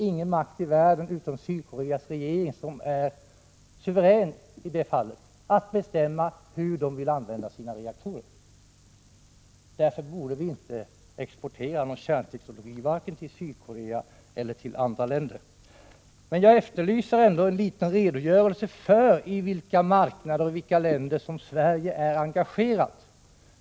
Ingen makt i världen utom Sydkoreas regering, som i det här fallet är suverän, kan bestämma över användningen av sina reaktorer. Därför borde Sverige inte exportera kärnteknik, varken till Sydkorea eller till andra länder. Jag efterlyser i alla fall en redogörelse för i vilka marknader och i vilka länder som Sverige är engagerat.